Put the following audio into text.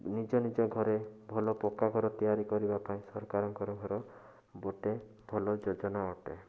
ନିଜ ନିଜ ଘରେ ଭଲ ପକ୍କା ଘର ତିଆରି କରିବା ପାଇଁ ସରକାରଙ୍କର ଘର ଗୋଟେ ଭଲ ଯୋଜନା ଅଟେ